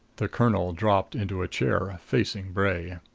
the colonel dropped into a chair, facing bray.